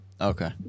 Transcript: Okay